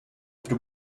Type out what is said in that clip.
but